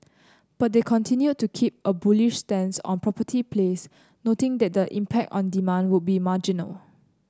but they continued to keep a bullish stance on property plays noting that the impact on demand would be marginal